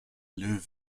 löwe